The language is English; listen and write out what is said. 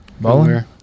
Bowling